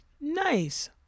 nice